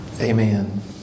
Amen